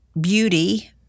beauty